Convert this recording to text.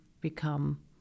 become